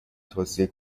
توصیه